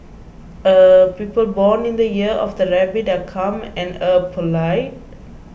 er people born in the year of the Rabbit are calm and er polite